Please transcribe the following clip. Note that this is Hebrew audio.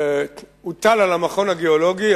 הוטל על המכון הגיאולוגי,